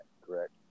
correct